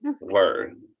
Word